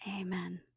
Amen